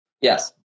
Yes